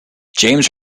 james